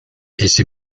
ese